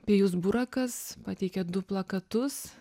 pijus burakas pateikė du plakatus